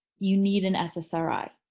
you need an ssri.